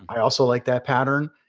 i also like that pattern.